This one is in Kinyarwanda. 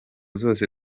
zose